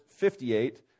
58